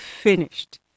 finished